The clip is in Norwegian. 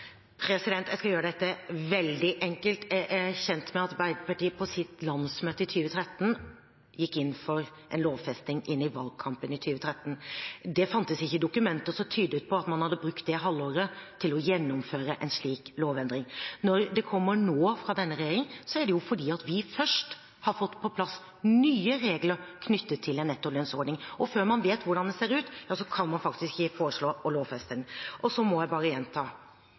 Jeg skal gjøre dette veldig enkelt. Jeg er kjent med at Arbeiderpartiet på sitt landsmøte i 2013 gikk inn for en lovfesting – inn i valgkampen i 2013. Det fantes ikke dokumenter som tydet på at man hadde brukt det halvåret til å gjennomføre en slik lovendring. Når det kommer fra denne regjeringen nå, er det fordi vi først har fått på plass nye regler knyttet til en nettolønnsordning. Før man vet hvordan det ser ut, kan man faktisk ikke foreslå å lovfeste den. Så må jeg bare gjenta: